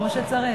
כמו שצריך.